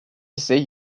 ise